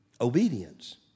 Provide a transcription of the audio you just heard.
Obedience